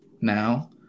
now